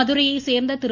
மதுரையை சேர்ந்த திரு